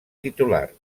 titular